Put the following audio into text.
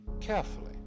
carefully